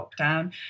lockdown